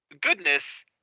goodness